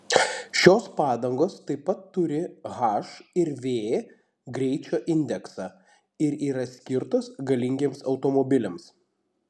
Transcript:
šios padangos taip pat turi h ir v greičio indeksą ir yra skirtos galingiems automobiliams